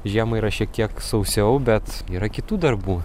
žiemą yra šiek tiek sausiau bet yra kitų darbų